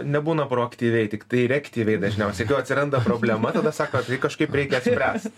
nebūna proaktyviai tiktai reaktyviai dažniausiai atsiranda problema tada sako kažkaip reikia spręst